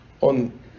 on